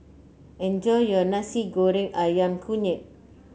enjoy your Nasi Goreng ayam kunyit